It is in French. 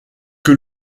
que